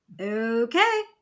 Okay